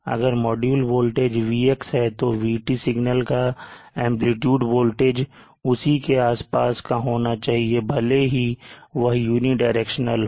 अगर module voltage VX है तो VT सिग्नल का आयाम वोल्टेज उसी के आसपास का होना चाहिए भले ही वह यूनिडायरेक्शनल हो